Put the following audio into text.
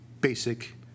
basic